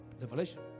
revelation